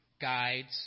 guides